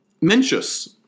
Mencius